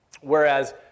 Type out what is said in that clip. whereas